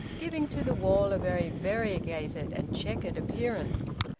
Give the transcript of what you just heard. giving to the wall a very variegated and chequered appearance.